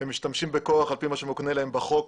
ומשתמשים בכוח על פי מה שמוקנה להם בחוק,